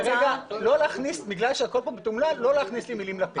בגלל שהכל פה מתומלל, לא להכניס לי מילים לפה.